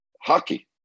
Hockey